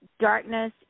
darkness